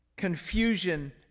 confusion